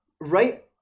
Right